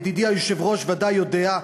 ידידי היושב-ראש ודאי יודע,